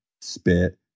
spit